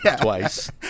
twice